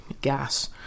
gas